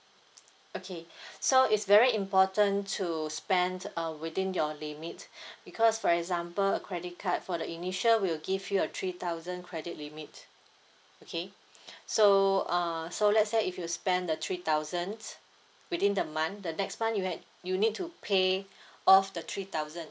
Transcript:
okay so it's very important to spend err within your limit because for example a credit card for the initial we'll give you a three thousand credit limit okay so uh so let's say if you spend the three thousand within the month the next month you had you need to pay off the three thousand